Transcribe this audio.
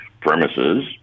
premises